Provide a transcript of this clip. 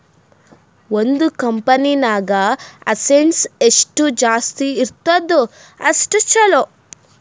ಒಂದ್ ಕಂಪನಿಗ್ ಅಸೆಟ್ಸ್ ಎಷ್ಟ ಜಾಸ್ತಿ ಇರ್ತುದ್ ಅಷ್ಟ ಛಲೋ